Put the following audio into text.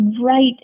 Right